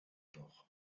doch